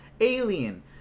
Alien